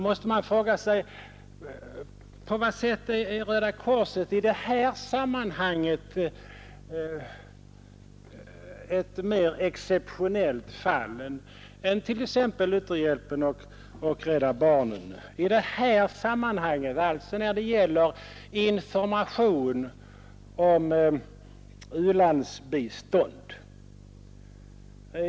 På vad sätt är Röda korset i det här sammanhanget, alltså när det gäller information om u-landsbistånd, ett mer exceptionellt fall än t.ex. Lutherhjälpen och Rädda barnen?